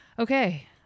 okay